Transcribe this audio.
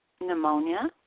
pneumonia